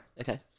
Okay